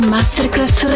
Masterclass